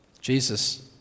Jesus